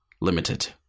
limited